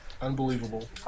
Unbelievable